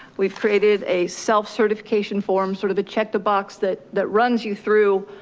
we've created a self certification form, sort of a check the box that that runs you through,